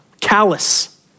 callous